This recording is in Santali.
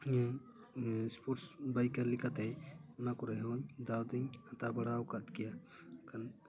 ᱱᱤᱭᱟᱹ ᱥᱯᱳᱨᱴᱥ ᱵᱟᱭᱤᱠᱟᱨ ᱞᱮᱠᱟᱛᱮ ᱚᱱᱟ ᱠᱚᱨᱮ ᱦᱚᱸ ᱫᱟᱣ ᱫᱚᱹᱧ ᱦᱟᱛᱟᱣ ᱵᱟᱲᱟᱣ ᱠᱟᱫ ᱜᱮᱭᱟ ᱠᱷᱟᱱ